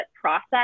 process